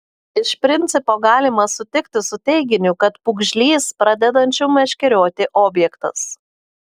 iš principo galima sutikti su teiginiu kad pūgžlys pradedančių meškerioti objektas